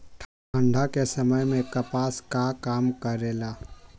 ठंडा के समय मे कपास का काम करेला?